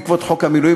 בעקבות חוק המילואים,